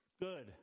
good